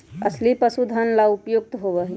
अलसी पशुधन ला उपयुक्त होबा हई